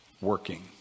working